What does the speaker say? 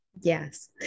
Yes